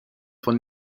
von